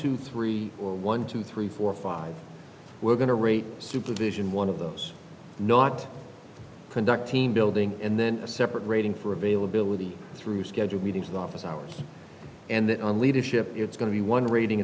two three or one two three four five we're going to rate supervision one of those not conduct team building and then a separate rating for availability through scheduled meetings of the office hours and that on leadership it's going to be one rating